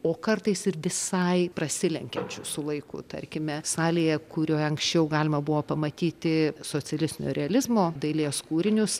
o kartais ir visai prasilenkiančių su laiku tarkime salėje kurioje anksčiau galima buvo pamatyti socialistinio realizmo dailės kūrinius